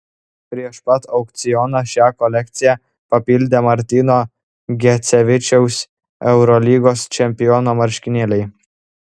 prieš pat aukcioną šią kolekciją papildė martyno gecevičiaus eurolygos čempiono marškinėliai